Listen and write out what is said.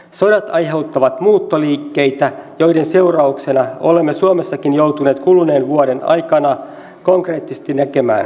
sodat aiheuttavat muuttoliikkeitä joiden seurauksia olemme suomessakin joutuneet kuluneen vuoden aikana ja viime vuonna konkreettisesti näkemään